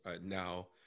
now